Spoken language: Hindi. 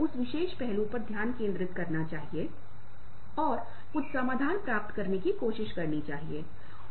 इसलिएपारंपरिक भूमिकाएं समाज में बदल रही हैं और एक लिंग मुक्त धारणा है